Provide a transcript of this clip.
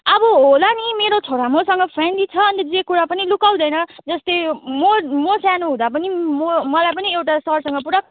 अब होला नि मेरो छोरा मसँग फ्रेन्डली छ अन्त जे कुरा पनि लुकाउँदैन जस्तै म म सानो हुँदा पनि म मलाई पनि एउटा सरसँग पुरा